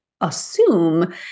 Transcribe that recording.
assume